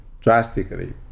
drastically